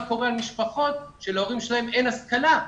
קורה עם משפחות שלהורים שלהם אין השכלה,